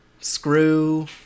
screw